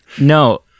no